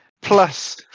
Plus